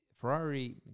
Ferrari